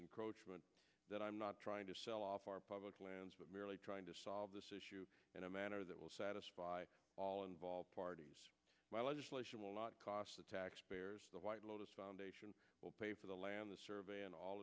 encroachments that i'm not trying to sell off our public lands but merely trying to solve this issue in a manner that will satisfy all involved parties legislation will not cost taxpayers the white lotus foundation will pay for the land the survey and all